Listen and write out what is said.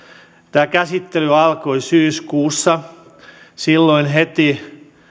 tämä käsittely alkoi syyskuussa silloin heti